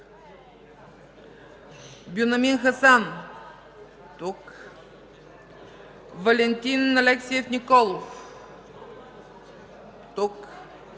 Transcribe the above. Хюсеин Хасан- тук Валентин Алексиев Николов- тук